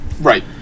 Right